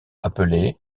appelé